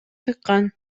чыккан